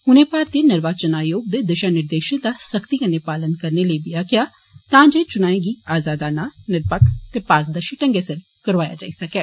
उनें भारतीय निर्वान आयोग दे दिशा निर्देश दा सख्ती कन्नै पालना करने लेई आक्खेआ तां जे चुनां गी आजादाना निरपक्ख ते पारदर्शी ढंगै सिर करोआया जाई सकै